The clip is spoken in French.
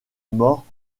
morts